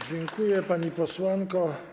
Dziękuję, pani posłanko.